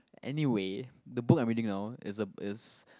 anyway the book I'm reading now is a is